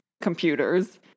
computers